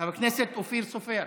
חבר הכנסת אופיר סופר.